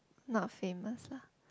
not famous lah